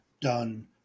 done